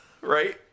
Right